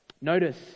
Notice